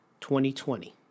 2020